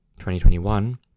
2021